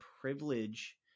privilege